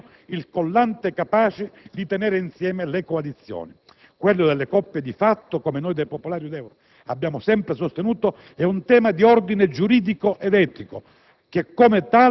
né tanto meno il collante capace di tenere insieme la coalizione. Quello delle coppie di fatto, come noi dei Popolari-Udeur abbiamo sempre sostenuto, è un tema di ordine giuridico ed etico,